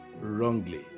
wrongly